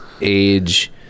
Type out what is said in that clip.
age